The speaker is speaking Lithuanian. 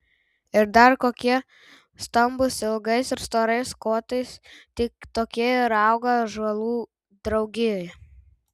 ir dar kokie stambūs ilgais ir storais kotais tik tokie ir auga ąžuolų draugijoje